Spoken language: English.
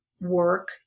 work